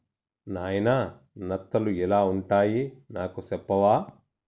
నాయిన నత్తలు ఎలా వుంటాయి నాకు సెప్పవా